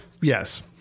yes